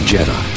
Jedi